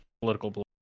political